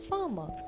Farmer